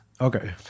Okay